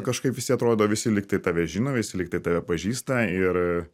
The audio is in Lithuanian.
kažkaip visi atrodo visi lygtai tave žino visi lygtai tave pažįsta ir